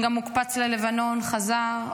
הוא גם הוקפץ ללבנון, חזר.